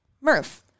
Murph